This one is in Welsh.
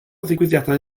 ddigwyddiadau